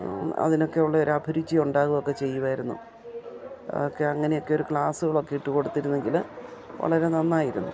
അതിനൊക്കെ ഉള്ള ഒരു അഭിരുചി ഉണ്ടാവുകയൊക്കെ ചെയ്യുമായിരുന്നു അതൊക്കെ അങ്ങനെയൊക്കെ ഒരു ക്ലാസ്സുകളൊക്കെ ഇട്ട് കൊടുത്തിരുന്നെങ്കിൽ വളരെ നന്നായിരുന്നു